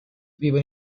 vivono